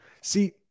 See